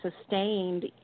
sustained